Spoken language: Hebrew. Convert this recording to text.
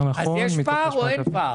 יש פער או שאין פער?